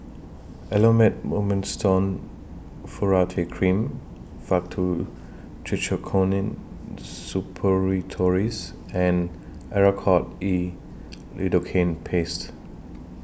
Elomet Mometasone Furoate Cream Faktu Cinchocaine Suppositories and Oracort E Lidocaine Paste